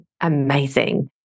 Amazing